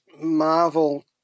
Marvel